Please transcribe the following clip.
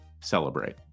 celebrate